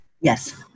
Yes